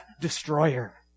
destroyer